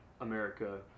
America